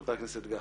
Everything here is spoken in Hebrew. חבר הכנסת גפני,